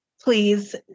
please